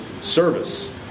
service